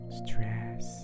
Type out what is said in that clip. stress